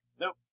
Nope